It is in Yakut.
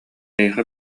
эйиэхэ